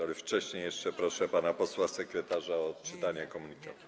Ale wcześniej jeszcze proszę pana posła sekretarza o odczytanie komunikatów.